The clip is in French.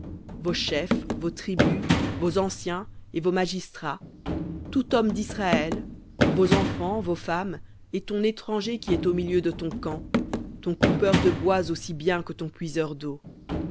vos chefs vos tribus vos anciens et vos magistrats tout homme d'israël vos enfants vos femmes et ton étranger qui est au milieu de ton camp ton coupeur de bois aussi bien que ton puiseur d'eau